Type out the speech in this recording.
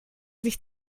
sich